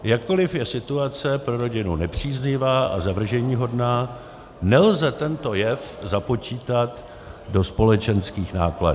Jakkoliv je situace pro rodinu nepříznivá a zavrženíhodná, nelze tento jev započítat do společenských nákladů.